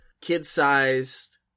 kid-sized